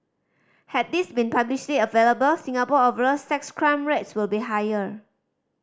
had these been publicly available Singapore overall sex crime rates will be higher